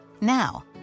Now